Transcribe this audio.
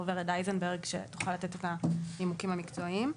אייזנברג שתוכל לתת את הנימוקים המקצועיים.